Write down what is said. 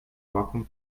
vacuum